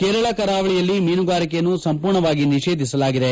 ಕೇರಳ ಕರಾವಳಿಯಲ್ಲಿ ಮೀನುಗಾರಿಕೆಯನ್ನು ಸಂಪೂರ್ಣವಾಗಿ ನಿಷೇಧಿಸಲಾಗಿದೆ